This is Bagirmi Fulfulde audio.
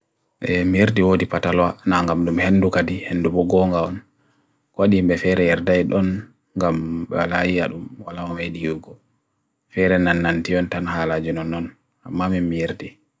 Mirdi wo di pataloa nangamnum hendu kadi, hendu bo gong awan. Kwadi ime feira ierdayd on gam bala'i alum bwala'o medi yugo. Feira nanan tiyon tan hala junon non. Mami mirdi.